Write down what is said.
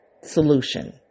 solution